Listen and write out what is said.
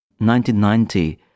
1990